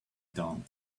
town